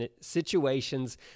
situations